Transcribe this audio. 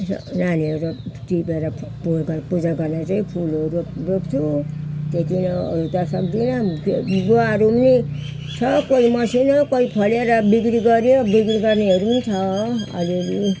र यसो नानीहरू टिपेर पूजा गर्ने चाहिँ फुल फुलहरू रोप् रोप्छु त्यति नै हो अरू त सक्दिनँ गुवाहरू पनि छ कोही मसिनो कोही फलेर बिक्री गऱ्यो बिक्री गर्नेहरू पनि छ अलि अलि